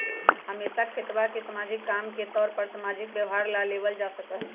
हमेशा खेतवा के सामाजिक काम के तौर पर सामाजिक व्यवहार ला लेवल जा सका हई